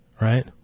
right